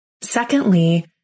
Secondly